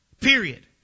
Period